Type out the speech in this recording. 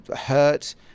hurt